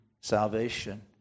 Salvation